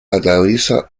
atraviesa